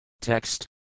Text